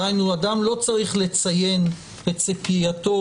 דהיינו אדם לא צריך לציין את ציפייתו